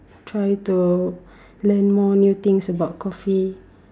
try to learn more new things about coffee